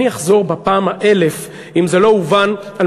השינויים במזרח התיכון הם גם הזדמנות ולא רק איום.